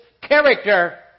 character